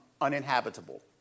uninhabitable